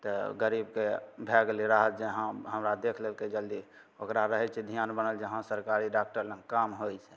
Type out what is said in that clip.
तऽ गरीबके भए गेलै राहत जे हँ हमरा देख लेलकै जल्दी ओकरा रहै छै ध्यान बनल जे हँ सरकारी डाक्टर लग काम होइ छै